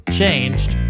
changed